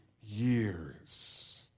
years